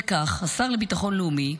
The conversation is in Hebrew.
וכך השר לביטחון לאומי,